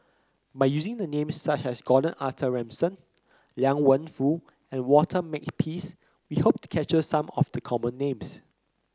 by using names such as Gordon Arthur Ransome Liang Wenfu and Walter Makepeace we hope to capture some of the common names